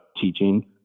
teaching